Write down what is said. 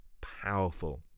powerful